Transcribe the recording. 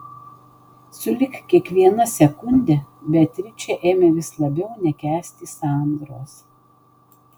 sulig kiekviena sekunde beatričė ėmė vis labiau nekęsti sandros